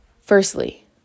Firstly